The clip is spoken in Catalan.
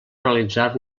realitzar